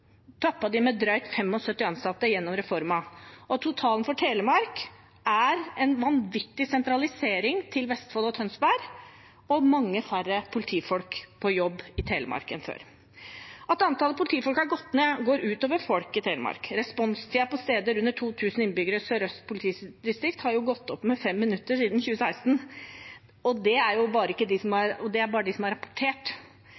de med drøyt 75 ansatte gjennom reformen. Totalen for Telemark er en vanvittig sentralisering til Vestfold og Tønsberg, og det er mange færre politifolk på jobb i Telemark enn før. At antallet politifolk har gått ned, går ut over folk i Telemark. Responstiden på steder med under 2 000 innbyggere i Sør-Øst politidistrikt har gått opp med fem minutter siden 2016 – og det er bare de stedene som